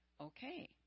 okay